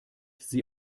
sie